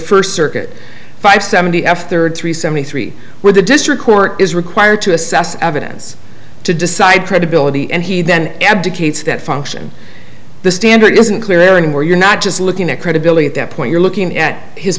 first circuit five seventy f there are three seventy three where the district court is required to assess evidence to decide credibility and he then advocates that function the standard isn't clearing where you're not just looking at credibility at that point you're looking at his